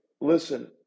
listen